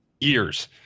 years